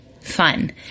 fun